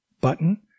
button